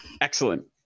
Excellent